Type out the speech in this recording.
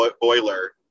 boiler